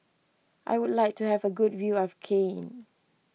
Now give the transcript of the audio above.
I would like to have a good view of Cayenne